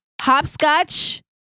Hopscotch